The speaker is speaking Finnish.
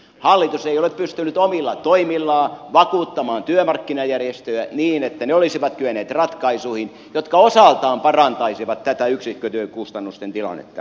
hallitus ei ole pystynyt omilla toimillaan vakuuttamaan työmarkkinajärjestöjä niin että ne olisivat kyenneet ratkaisuihin jotka osaltaan parantaisivat tätä yksikkötyökustannusten tilannetta